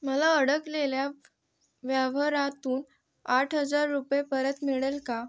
मला अडकलेल्या व्यवहारातून आठ हजार रुपये परत मिळेल का